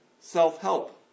self-help